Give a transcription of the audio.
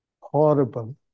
horrible